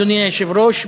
אדוני היושב-ראש,